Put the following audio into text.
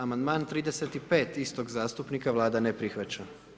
Amandman 35. istog zastupnika, Vlada na prihvaća.